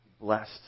blessed